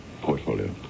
portfolio